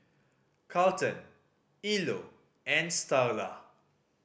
Carleton Ilo and Starla